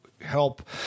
help